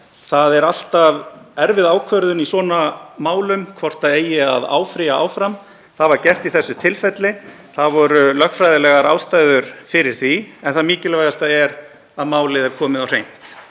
það er alltaf erfið ákvörðun í svona málum hvort það eigi að áfrýja áfram. Það var gert í þessu tilfelli. Það voru lögfræðilegar ástæður fyrir því. En það mikilvægasta er að málið er komið á hreint.